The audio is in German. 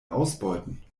ausbeuten